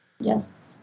yes